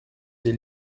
des